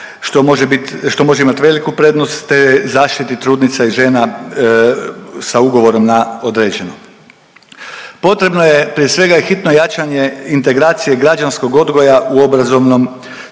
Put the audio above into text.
što može imati veliku prednost te zaštiti trudnica i žena sa ugovorom na određeno. Potrebno je prije svega hitno jačanje integracije građanskog odgoja u obrazovnom